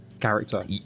character